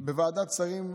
בוועדת שרים,